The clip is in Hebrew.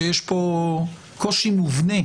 שיש פה קושי מובנה